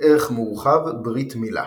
ערך מורחב – ברית מילה